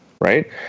Right